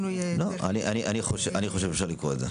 אני חושב שאפשר לקרוא את זה.